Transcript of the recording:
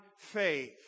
faith